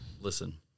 Listen